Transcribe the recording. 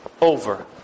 over